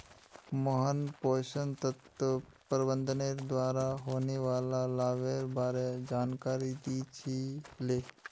मोहन पोषण तत्व प्रबंधनेर द्वारा होने वाला लाभेर बार जानकारी दी छि ले